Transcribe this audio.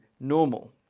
normal